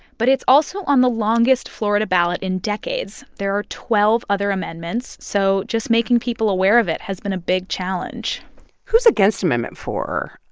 but it's also on the longest florida ballot in decades. there are twelve other amendments, so just making people aware of it has been a big challenge who's against amendment four?